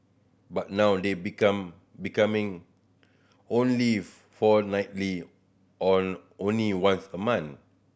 but now they become becoming only fortnightly or only once a month